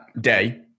day